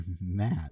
Matt